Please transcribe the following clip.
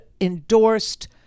endorsed